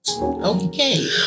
Okay